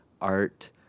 art